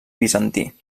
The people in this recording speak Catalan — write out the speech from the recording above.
bizantí